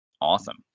Awesome